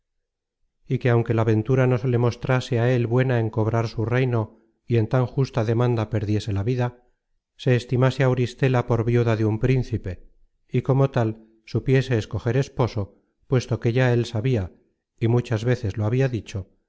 y que aunque la ventura no se le mostrase á él buena en cobrar su reino y en tan justa demanda perdiese la vida se estimase auristela por viuda de un príncipe y como tal supiese escoger esposo puesto que ya él sabia y muchas veces lo habia dicho